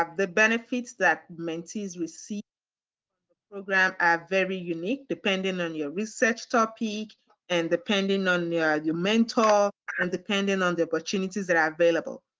um the benefits that mentees receive program are very unique depending on your research topic and depending on yeah your mentor and depending on the opportunities that are available.